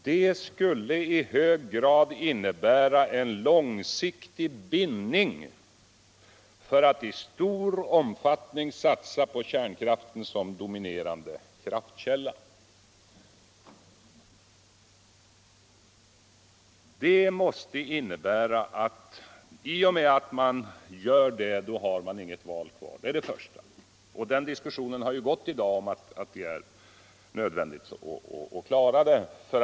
Det skulle i hög grad innebära en långsiktig bindning för att i stor omfattning satsa på kärnkraften som dominerande kraftkälla.” Det måste innebära att man inte har något val kvar i och med att man gör detta. Det är det ena.